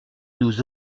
nous